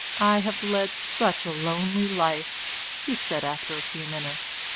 i have led such a lonely life, he said after a few minutes,